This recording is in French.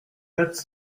quatre